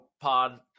pod –